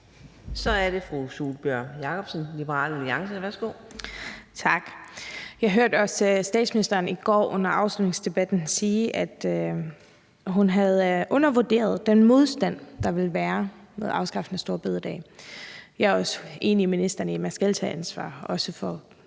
Så er det fru Sólbjørg Jakobsen, Liberal Alliance. Værsgo. Kl. 17:53 Sólbjørg Jakobsen (LA): Tak. Jeg hørte også statsministeren i går under afslutningsdebatten sige, at hun havde undervurderet den modstand, der ville være ved afskaffelsen af store bededag. Jeg er også enig med ministeren i, at man altid skal tage ansvar, også